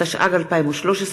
התשע"ג 2013,